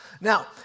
Now